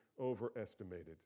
overestimated